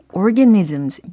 organisms